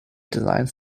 designs